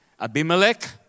Abimelech